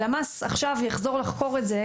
הלמ"ס יחזור לחקור את זה,